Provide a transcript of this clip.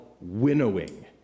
winnowing